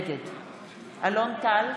נגד אלון טל,